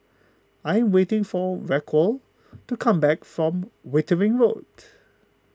I am waiting for Raquel to come back from Wittering Road